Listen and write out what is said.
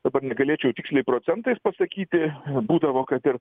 dabar negalėčiau tiksliai procentais pasakyti būdavo kad ir